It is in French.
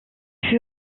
fut